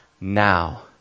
now